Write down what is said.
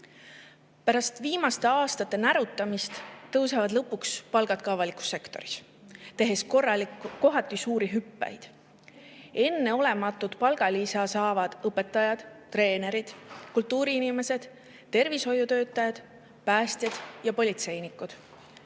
Pärast viimaste aastate närutamist tõusevad lõpuks palgad ka avalikus sektoris, tehes korralikke, kohati ka suuri hüppeid. Enneolematut palgalisa saavad õpetajad, treenerid, kultuuriinimesed, tervishoiutöötajad, päästjad ja politseinikud.